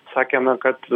sakė na kad